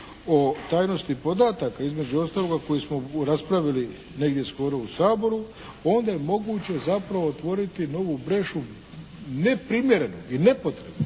o tajnosti podataka, između ostalog a koji raspravili negdje skoro u Saboru onda je moguće zapravo otvoriti novu …/Govornik se ne